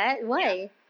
ya